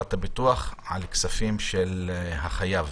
חברת הביטוח על כספים של החייב.